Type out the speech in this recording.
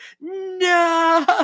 no